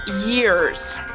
YEARS